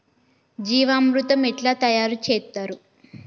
జీవామృతం ఎట్లా తయారు చేత్తరు?